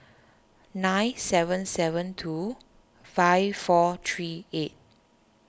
nine seven seven two five four three eight